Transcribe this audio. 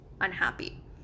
unhappy